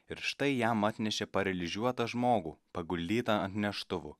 ir štai jam atnešė paralyžiuotą žmogų paguldytą ant neštuvų